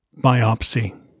Biopsy